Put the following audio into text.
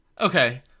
okay